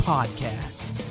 Podcast